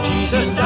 Jesus